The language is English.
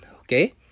Okay